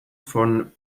von